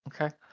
Okay